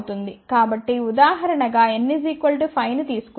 కాబట్టి ఉదాహరణ గా n5 ని తీసుకుందాం